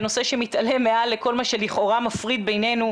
בנושא שמתעלה מעל לכל מה שלכאורה מפריד בינינו,